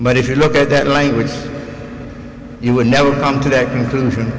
but if you look at that language you would never come to that conclusion